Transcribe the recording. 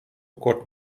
kort